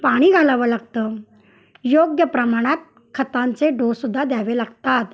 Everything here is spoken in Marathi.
पाणी घालावं लागतं योग्य प्रमाणात खतांचे डोससुद्धा द्यावे लागतात